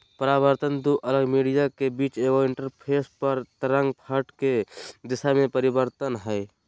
परावर्तन दू अलग मीडिया के बीच एगो इंटरफेस पर तरंगफ्रंट के दिशा में परिवर्तन हइ